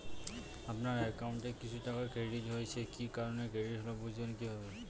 আপনার অ্যাকাউন্ট এ কিছু টাকা ক্রেডিট হয়েছে কি কারণে ক্রেডিট হল বুঝবেন কিভাবে?